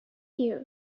you